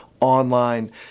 online